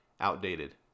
outdated